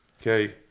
Okay